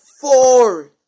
four